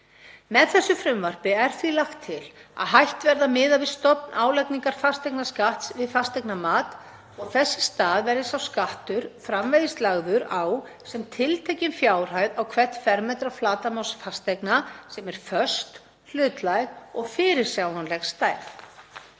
Með þessu frumvarpi er því lagt til að hætt verði að miða við stofn álagningar fasteignaskatts við fasteignamat og þess í stað verði sá skattur framvegis lagður á sem tiltekin fjárhæð á hvern fermetra flatarmáls fasteigna sem er föst hlutlæg og fyrirsjáanleg stærð.